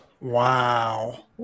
Wow